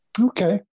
okay